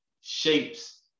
shapes